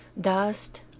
dust